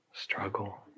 Struggle